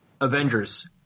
Avengers